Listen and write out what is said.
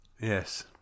Yes